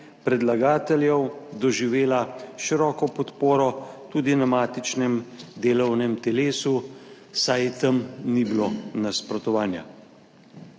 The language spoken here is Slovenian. predlagateljev doživela široko podporo tudi na matičnem delovnem telesu, saj tam ni bilo nasprotovanja.